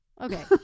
Okay